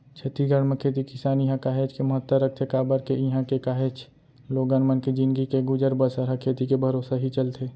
छत्तीसगढ़ म खेती किसानी ह काहेच के महत्ता रखथे काबर के इहां के काहेच लोगन मन के जिनगी के गुजर बसर ह खेती के भरोसा ही चलथे